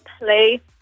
play